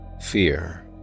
Fear